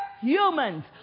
humans